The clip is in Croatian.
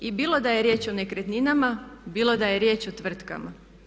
I bilo da je riječ o nekretninama, bilo da je riječ o tvrtkama.